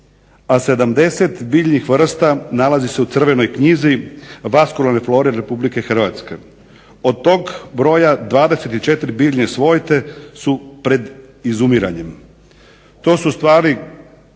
a 70 biljnih vrsta nalazi se u crvenoj knjizi vaskularne flore Republike Hrvatske. Od tog broja 24 biljne svojte su pred izumiranjem. To su stvari